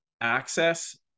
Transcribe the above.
access